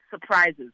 surprises